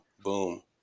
Boom